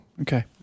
Okay